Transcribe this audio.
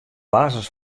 basis